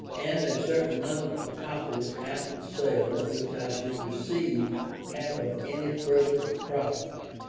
and a certain number of copies after the sale of which i should receive half of any further profit.